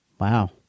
Wow